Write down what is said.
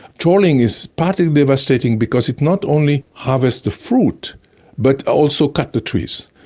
trawling is partly devastating because it not only harvests the food but also cuts the trees.